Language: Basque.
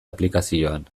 aplikazioan